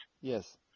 Yes